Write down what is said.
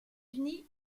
unis